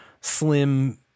slim